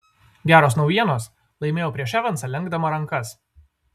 geros naujienos laimėjau prieš evansą lenkdama rankas